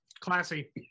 classy